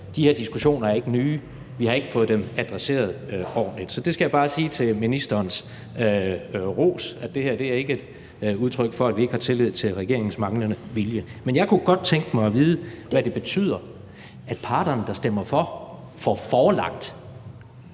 de her diskussioner er ikke nye. Vi har ikke fået dem adresseret ordentligt. Så jeg skal bare sige til ministerens ros, at det her ikke er et udtryk for, at vi ikke har tillid til regeringen og ser det som manglende vilje. Men jeg kunne godt tænke mig at vide, hvad det betyder, at parterne, der stemmer for, får forelagt